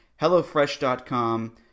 HelloFresh.com